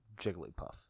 Jigglypuff